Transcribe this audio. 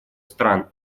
стран